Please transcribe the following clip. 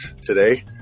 today